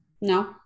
No